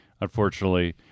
unfortunately